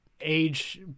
age